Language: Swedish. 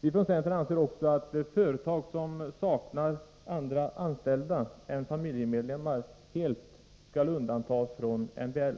Vi anser också att företag som Medbestämmandesaknar andra anställda än familjemedlemmar helt skall undantas från MBL.